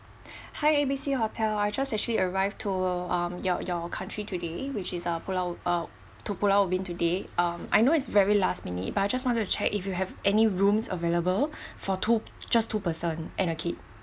hi A B C hotel I just actually arrived to um your your country today which is uh pulau uh to pulau ubin today um I know it's very last minute but I just wanted to check if you have any rooms available for two just two person and a kid